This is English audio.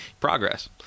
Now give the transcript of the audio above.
progress